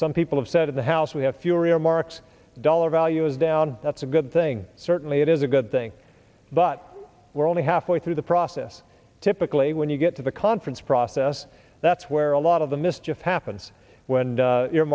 some people have said in the house we have fewer earmarks dollar value is down that's a good thing certainly it is a good thing but we're only halfway through the process typically when you get to the conference process that's where a lot of the mischief happens when you